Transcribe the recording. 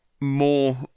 more